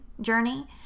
journey